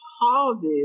pauses